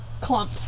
clump